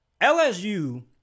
LSU